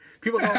people